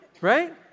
right